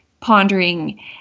pondering